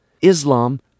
Islam